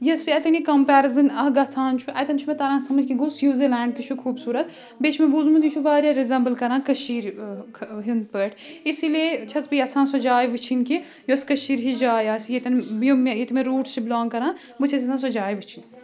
یُس یہِ اَتؠن یہِ کَمپیرِزٕن اَکھ گَژھان چھُ اَتؠن چھُ مےٚ تَران سَمَج یہِ گوٚو سیوٗزَرلینٛڈ تہِ چھِ خوٗبصوٗرت بیٚیہِ چھُ مےٚ بوٗزمُت یہِ چھُ واریاہ رِزؠمبٕل کَران کٔشیٖر ہِنٛدۍ پٲٹھۍ اِسی لیے چھَس بہٕ یَژھان سُہ جاے وٕچھِنۍ کہِ یوٚس کٔشیٖرِ ہِش جاے آسہِ یَتؠن یِم مےٚ ییٚتہِ مےٚ روٗٹ چھِ بِلانٛگ کَران بہٕ چھَس یَژھان سۄ جاے وٕچھِنۍ